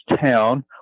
town